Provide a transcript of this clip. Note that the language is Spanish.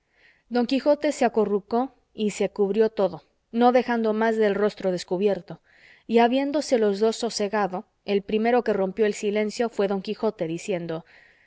don quijote se acorrucó y se cubrió todo no dejando más de el rostro descubierto y habiéndose los dos sosegado el primero que rompió el silencio fue don quijote diciendo